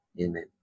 amen